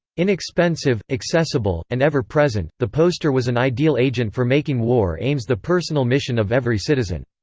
inexpensive, accessible, and ever-present, the poster was an ideal agent for making war aims the personal mission of every citizen.